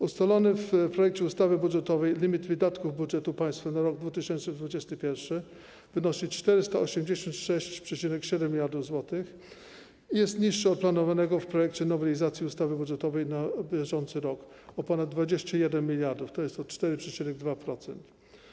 Ustalony w projekcie ustawy budżetowej limit wydatków budżetu państwa na rok 2021 wynosi 486,7 mld zł i jest niższy od planowanego w projekcie nowelizacji ustawy budżetowej na bieżący rok o ponad 21 mld, tj. 4,2%.